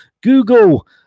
Google